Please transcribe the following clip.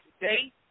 date